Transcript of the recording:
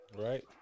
Right